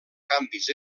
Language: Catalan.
canvis